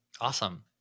Awesome